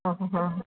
हम् आ